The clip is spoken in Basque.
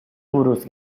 buruz